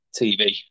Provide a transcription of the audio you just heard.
TV